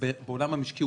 בעולם המשקי,